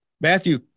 Matthew